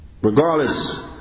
Regardless